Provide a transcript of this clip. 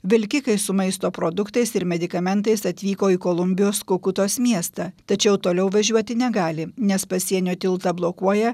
vilkikai su maisto produktais ir medikamentais atvyko į kolumbijos kaukutos miestą tačiau toliau važiuoti negali nes pasienio tiltą blokuoja